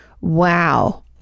Wow